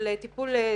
של טיפול נפשי,